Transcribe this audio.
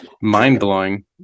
mind-blowing